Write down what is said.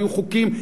והיו חוקים.